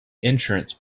insurance